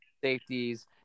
safeties